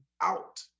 out